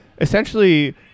essentially